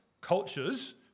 cultures